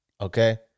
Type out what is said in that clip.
okay